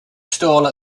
stall